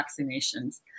vaccinations